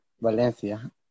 Valencia